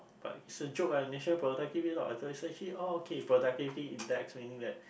but it's a joke lah national productivity actually oh productivity index meaning that